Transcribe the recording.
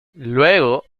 luego